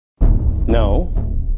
No